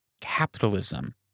capitalism